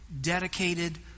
dedicated